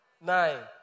nine